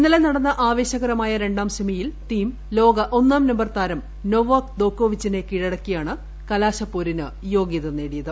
ഇന്നലെ നടന്ന ആവേശകരമായ രണ്ടാം സെമിയിൽ തീം ലോക ഒന്നാം നമ്പർ താരം നൊവാക് ജോക്കോവിച്ചിനെ കീഴടക്കിയാണ് കലാശപ്പോരിന് യോഗ്യത നേടിയത്